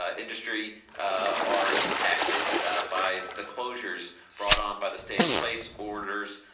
ah industry are impacted by the closures brought on by the state in place orders,